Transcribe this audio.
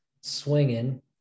swinging